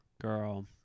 Girl